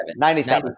97